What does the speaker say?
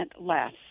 less